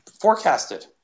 forecasted